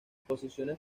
posiciones